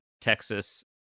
Texas